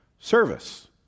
service